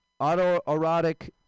Autoerotic